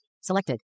Selected